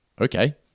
okay